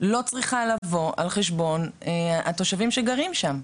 לא צריכה לבוא על חשבון התושבים שגרים שם.